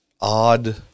odd